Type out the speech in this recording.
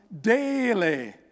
daily